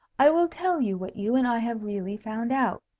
i will tell you what you and i have really found out.